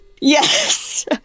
Yes